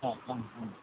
ആ മ്മ് മ്മ്